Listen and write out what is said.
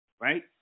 Right